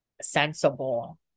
sensible